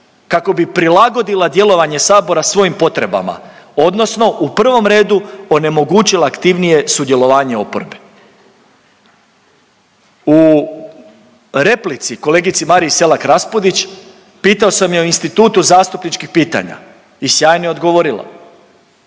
kako bi prilagodila djelovanje sabora svojim potrebama odnosno u prvom redu onemogućila aktivnije sudjelovanje oporbe. U replici kolegici Mariji Selak Raspudić, pitao sam ju o institutu zastupničkih pitanja i sjajno je odgovorila.